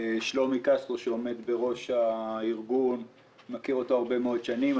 אני מכיר את שלומי קסטרו כבר הרבה מאוד שנים,